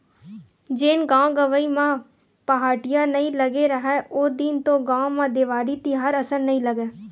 जेन गाँव गंवई म पहाटिया नइ लगे राहय ओ दिन तो गाँव म देवारी तिहार असन नइ लगय,